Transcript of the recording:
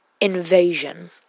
Invasion